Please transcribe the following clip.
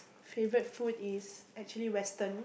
favourite food is actually western